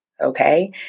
Okay